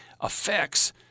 affects